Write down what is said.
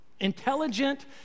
intelligent